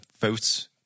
votes